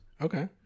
Okay